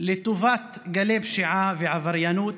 לטובת גלי פשיעה ועבריינות,